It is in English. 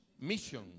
mission